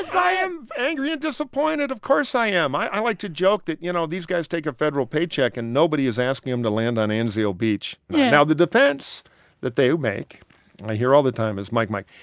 but i am angry and disappointed, of course i am. i i like to joke that, you know, these guys take a federal paycheck, and nobody is asking them to land on anzio beach. now, the defense that they would make and i hear all the time is mike, mike,